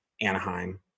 Anaheim